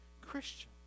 Christian